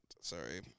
Sorry